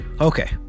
Okay